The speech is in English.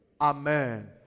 Amen